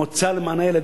המועצה למען הילד,